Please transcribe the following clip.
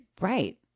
right